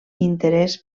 interès